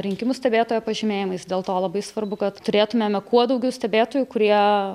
rinkimų stebėtojo pažymėjimais dėl to labai svarbu kad turėtumėme kuo daugiau stebėtojų kurie